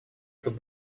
тут